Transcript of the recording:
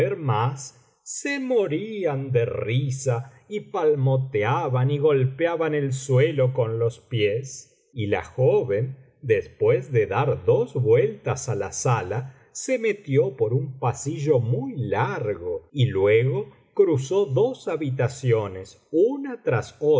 más se morían de risa y palmeteaban y golpeaban el suelo con los pies y la joven después de dar dos vueltas á la sala se metió por un pasillo muy largo y luego cruzó dos habitaciones una tras